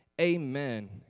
amen